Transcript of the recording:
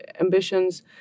ambitions